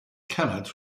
kenneth